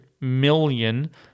million